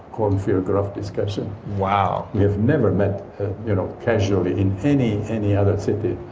kornfield grof discussion wow we've never met you know casually in any any other city,